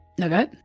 Okay